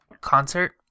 concert